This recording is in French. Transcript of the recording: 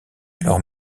alors